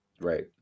right